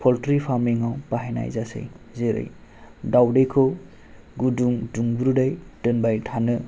poultry फारमिंयाव बाहायनाय जासै जेरै दावदैखौ गुदुं दुंब्रुदै दोनबाय थानो